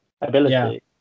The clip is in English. ability